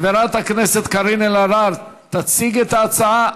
חברת הכנסת קארין אלהרר תציג את ההצעה.